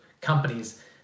companies